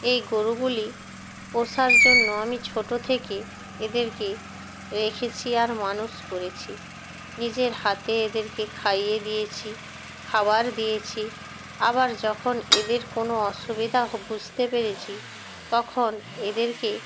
এই গোরুগুলি পোষার জন্য আমি ছোটো থেকে এদেরকে রেখেছি আর মানুষ করেছি নিজের হাতে এদেরকে খাইয়ে দিয়েছি খাবার দিয়েছি আবার যখন এদের কোনো অসুবিধা বুঝতে পেরেছি তখন এদেরকে